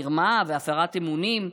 מרמה והפרת אמונים?